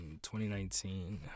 2019